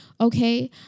okay